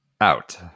out